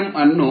51 11500